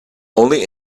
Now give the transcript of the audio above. only